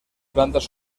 plantas